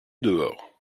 dehors